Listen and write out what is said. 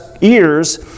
ears